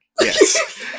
yes